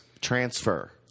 transfer